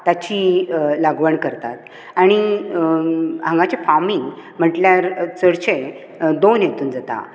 ताची लागवण करतात आनी हांगाचे फार्मींग म्हणल्यार चडशे दोन हेतून जाता